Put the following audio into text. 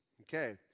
Okay